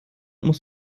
muss